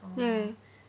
yeah